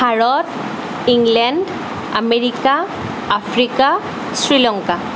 Bharat England America Africa Sri Lanka